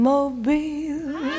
Mobile